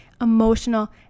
emotional